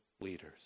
leaders